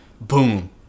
Boom